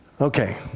okay